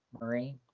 Marie